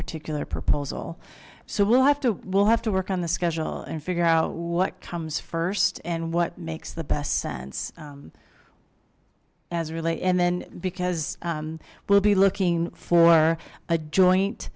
particular proposal so we'll have to we'll have to work on the schedule and figure out what comes first and what makes the best sense as really and then because we'll be looking for a joint